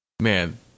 Man